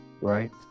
right